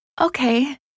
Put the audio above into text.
Okay